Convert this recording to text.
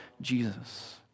Jesus